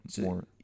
more